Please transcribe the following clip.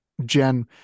Jen